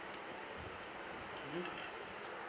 mm